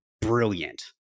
brilliant